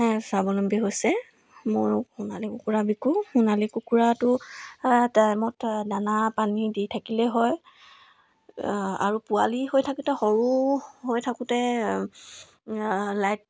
স্বাৱলম্বী হৈছে মোৰ সোণালী কুকুৰা বিকোঁ সোণালী কুকুৰাটো টাইমত দানা পানী দি থাকিলেই হয় আৰু পোৱালি হৈ থাকোঁতে সৰু হৈ থাকোঁতে লাইট